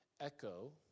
echo